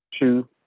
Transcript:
two